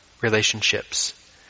relationships